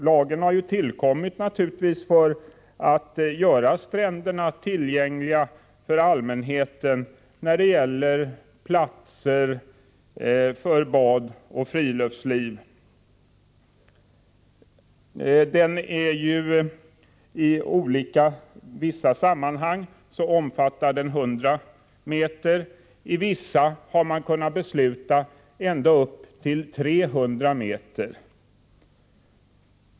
Lagen har tillkommit för att göra stränderna allmänt tillgängliga för bad och friluftsliv. I vissa sammanhang omfattar strandskyddsområdet 100 m, men i vissa har man kunnat besluta om ända upp till 300 m.